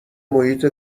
محیط